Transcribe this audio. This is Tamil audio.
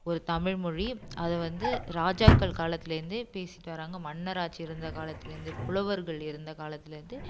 ஒரு தமிழ் மொழி அத வந்து ராஜாக்கள் காலத்தில் இருந்தே பேசிட்டு வர்றாங்க மன்னர் ஆட்சி இருந்த காலத்தில் இருந்து புலவர்கள் இருந்த காலத்தில் இருந்தே